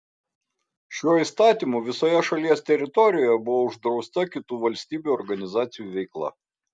šiuo įstatymu visoje šalies teritorijoje buvo uždrausta kitų valstybių organizacijų veikla